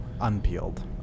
unpeeled